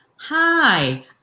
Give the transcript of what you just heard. Hi